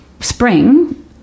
spring